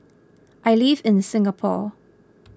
I live in Singapore